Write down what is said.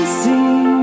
see